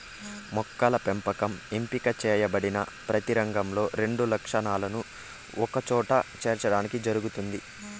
మొక్కల పెంపకం ఎంపిక చేయబడిన ప్రతి రకంలో రెండు లక్షణాలను ఒకచోట చేర్చడానికి జరుగుతుంది